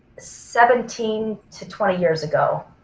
seventeen to twenty years ago.